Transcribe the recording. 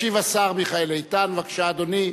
ישיב השר מיכאל איתן, בבקשה, אדוני.